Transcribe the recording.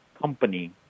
company